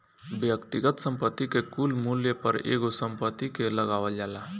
व्यक्तिगत संपत्ति के कुल मूल्य पर एगो संपत्ति के लगावल जाला